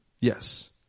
Yes